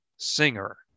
Singer